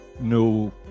No